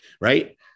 right